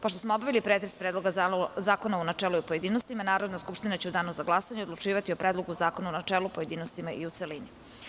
Pošto smo obavili pretres Predloga zakona u načelu i u pojedinostima, Narodna skupština će u Danu za glasanje odlučivati o Predlogu zakona u načelu, pojedinostima i u celini.